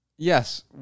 Yes